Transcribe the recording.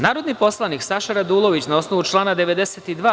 Narodni poslanik Saša Radulović, na osnovu člana 92.